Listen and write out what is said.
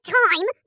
time